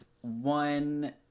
One